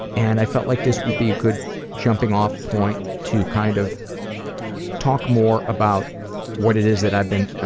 and i felt like this would be a good jumping off point to kind of talk more about what it is that i've been